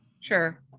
Sure